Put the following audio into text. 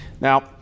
Now